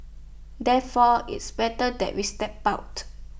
therefore it's better that we step out